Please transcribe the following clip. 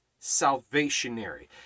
salvationary